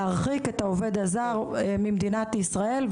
להרחיק את העובד הזר ממדינת ישראל,